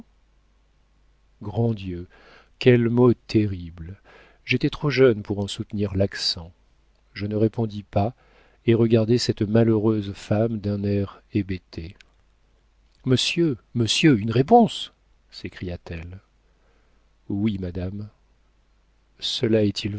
grand dieu quel mot terrible j'étais trop jeune pour en soutenir l'accent je ne répondis pas et regardai cette malheureuse femme d'un air hébété monsieur monsieur une réponse s'écria-t-elle oui madame cela est-il